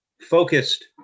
focused